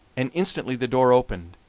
and instantly the door opened,